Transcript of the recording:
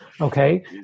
okay